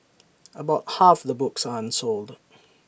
about half the books are unsold